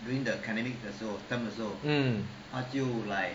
mm